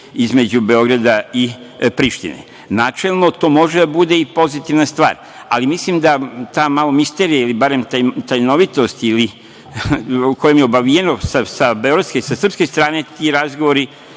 između Beograda i Prištine. Načelno, to može da bude i pozitivna stvar, ali mislim da malo ta misterija ili barem tajnovitost kojom je obavijeno sa beogradske, sa srpske strane, ti razgovori